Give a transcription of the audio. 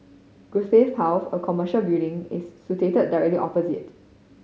Guthrie House a commercial building is situated directly opposite